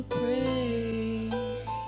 praise